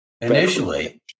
initially